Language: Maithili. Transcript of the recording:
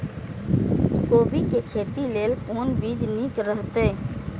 कोबी के खेती लेल कोन बीज निक रहैत?